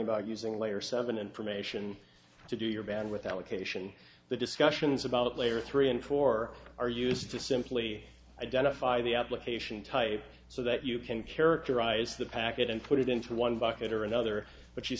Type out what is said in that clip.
about using layer seven information to do your band with allocation the discussions about layer three and four are used to simply identify the application type so that you can characterize the packet and put it into one bucket or another but you